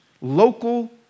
local